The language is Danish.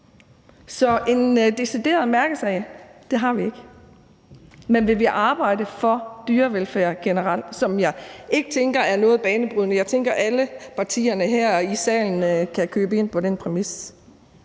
Så en decideret mærkesag har vi ikke, men vi vil arbejde for dyrevelfærd generelt, hvilket jeg ikke tænker er noget banebrydende. Jeg tænker, at alle partierne her i salen kan købe ind på den præmis.